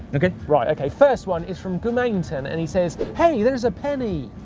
okay? right, okay. first one is from gummienten, and he says, hey, there is a penny.